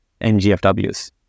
NGFWs